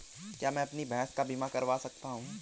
क्या मैं अपनी भैंस का बीमा करवा सकता हूँ?